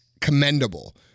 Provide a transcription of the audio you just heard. commendable